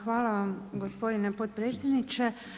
Hvala vam gospodine potpredsjedniče.